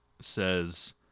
says